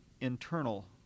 internal